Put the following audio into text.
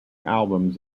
albums